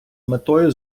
метою